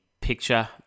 picture